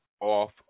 off